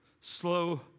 slow